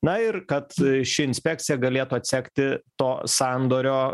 na ir kad ši inspekcija galėtų atsekti to sandorio